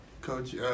Coach